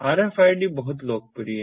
RFID बहुत लोकप्रिय है